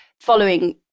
following